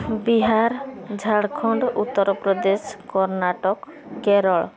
Bihar Jharkhand Uttar Pradesh Karnataka Kerala